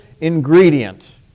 ingredient